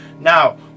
Now